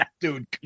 dude